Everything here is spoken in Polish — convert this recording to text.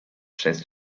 przez